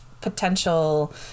potential